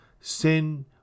Sin